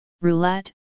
Roulette